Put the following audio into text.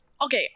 okay